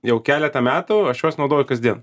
jau keletą metų aš juos naudoju kasdien